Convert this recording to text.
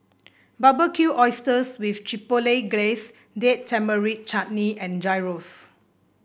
Barbecued Oysters with Chipotle Glaze Date Tamarind Chutney and Gyros